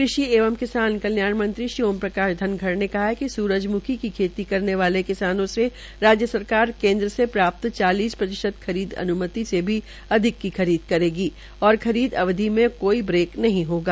कृषि एवं कल्याण मंत्री ओम प्रकाश धनखड़ ने कहा है कि स्रजम्खी की खेती करने वाले किसानों से राज्य सरकार केन्द्र से प्राप्त चालीस प्रतिशत खरीद अन्मति से भी अधिक की खरीद करेगी और खरीद अवधि में कोई ब्रेक नहीं होगा